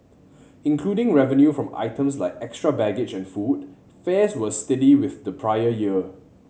including revenue from items like extra baggage and food fares were steady with the prior year